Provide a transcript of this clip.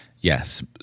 yes